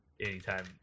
anytime